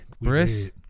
Briss